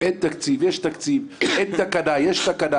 אין תקציב, יש תקציב, אין תקנה, יש תקנה